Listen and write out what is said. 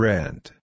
Rent